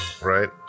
Right